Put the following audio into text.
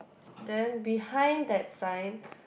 then behind that sign